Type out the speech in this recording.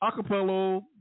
acapella